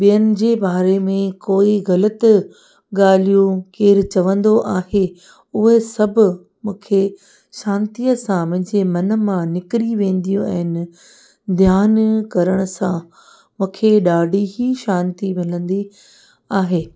ॿियनि जे बारे में कोई ग़लति ॻाल्हियूं केरु चवंदो आहे उहे सभु मूंखे शांतीअ सां मुंहिंजे मनु मां निकिरी वेंदियूं आहिनि ध्यानु करण सां मूंखे ॾाढी ई शांती मिलंदी आहे